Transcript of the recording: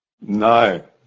No